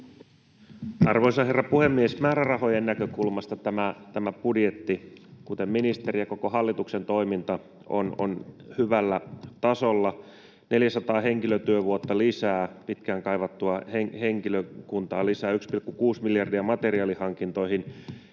Arvoisa herra puhemies! Määrärahojen näkökulmasta tämä budjetti, kuten ministerin ja koko hallituksen toiminta, on hyvällä tasolla. 400 henkilötyövuotta lisää, pitkään kaivattua henkilökuntaa lisää, 1,6 miljardia materiaalihankintoihin,